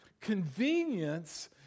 Convenience